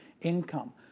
income